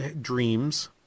Dreams